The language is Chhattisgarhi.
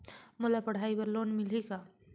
मोला पढ़ाई बर लोन मिलही का?